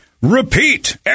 repeat